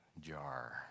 jar